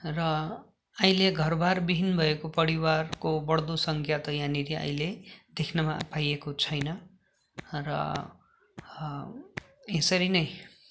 र अहिले घरबार विहीन भएको परिवारको बढ्दो सङ्ख्या त यहाँनिर अहिले देख्नमा पाइएको छैन र यसरी नै